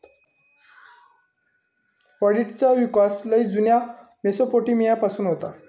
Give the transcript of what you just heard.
ऑडिटचो विकास लय जुन्या मेसोपोटेमिया पासून होता